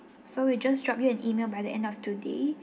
so we'll just drop you an E-mail by the end of today